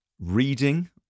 reading